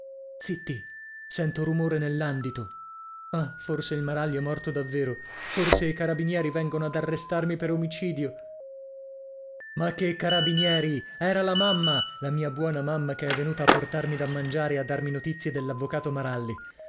sento rumore nell'andito ah forse il maralli è morto davvero forse i carabinieri vengono ad arrestarmi per omicidio ma che carabinieri era la mamma la mia buona mamma che è venuta a portarmi da mangiare e a darmi notizie dell'avvocato maralli